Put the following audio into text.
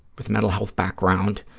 with mental health background